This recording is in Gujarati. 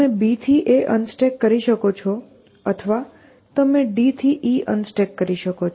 તમે B થી A અનસ્ટેક કરી શકો છો અથવા તમે D થી E અનસ્ટેક કરી શકો છો